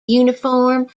uniform